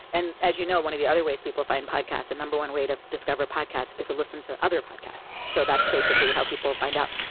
and as you know, one of the other ways people find podcast, the number one way to discover podcast is to listen to other podcasts. so that's basically how people find out,